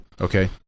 Okay